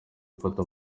mfata